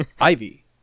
Ivy